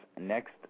next